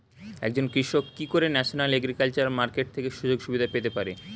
একজন কৃষক কি করে ন্যাশনাল এগ্রিকালচার মার্কেট থেকে সুযোগ সুবিধা পেতে পারে?